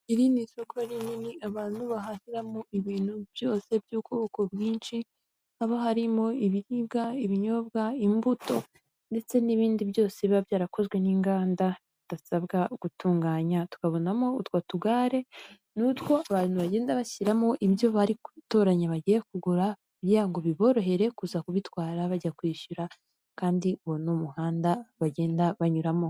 Iri ni soko rinini abantu bahahimo ibintu byose by'ubwoko bwinshi, haba harimo ibiribwa, ibinyobwa, imbuto, ndetse n'ibindi byose biba byarakozwe n'inganda, bidasabwa gutunganya, tukabonamo utwo tugare n'utwo abantu bagenda bashyiramo indyo barituyi bagiye kugura kugira ngo biborohere kuza kubitwara bajya kwishyura kandi uyu nimuhanda bagenda banyuramo.